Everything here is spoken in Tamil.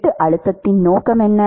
வெட்டு அழுத்தத்தின் நோக்கம் என்ன